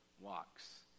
walks